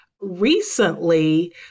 recently